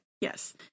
yes